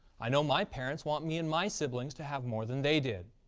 i know my parents want me and my siblings to have more than they did.